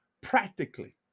practically